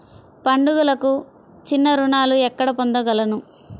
పండుగలకు చిన్న రుణాలు ఎక్కడ పొందగలను?